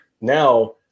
now